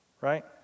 right